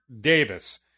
Davis